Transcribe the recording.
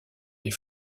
des